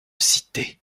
cité